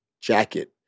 jacket